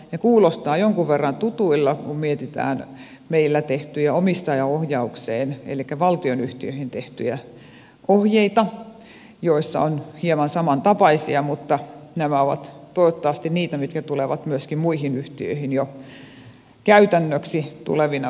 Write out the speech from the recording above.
ne kuulostavat jonkun verran tutuilta kun mietitään meillä tehtyjä omistajaohjaukseen elikkä valtionyhtiöihin tehtyjä ohjeita joissa on hieman samantapaisia mutta nämä ovat toivottavasti niitä mitkä tulevat myöskin muihin yhtiöihin jo käytännöksi tulevina vuosina